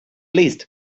least